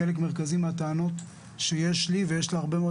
חלק מרכזי מהטענות שיש לי ויש להרבה מאוד